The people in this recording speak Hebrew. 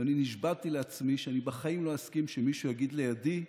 ואני נשבעתי לעצמי שאני בחיים לא אסכים שמישהו יגיד לידי "אוטיסט"